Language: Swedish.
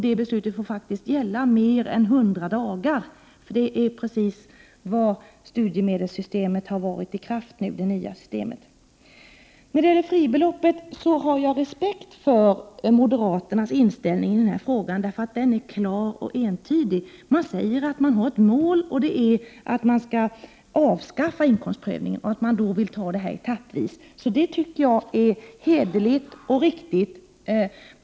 Det beslutet får faktiskt gälla mer än 100 dagar, för det är precis så länge som det nya studiemedelssystemet har varit i kraft. Jag har respekt för moderaternas inställning till fribeloppet, för den är klar och entydig. De säger att de har ett mål och det är att avskaffa inkomstprövningen, vilket de vill göra etappvis. Det tycker jag är hederligt och riktigt.